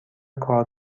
کار